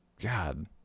God